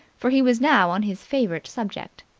for he was now on his favourite subject.